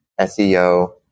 SEO